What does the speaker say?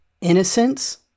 innocence